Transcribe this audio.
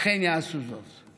אכן יעשו זאת.